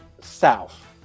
south